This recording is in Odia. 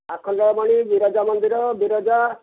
ଆଖଣ୍ଡଳମଣି ବିରଜା ମନ୍ଦିର ବିରଜା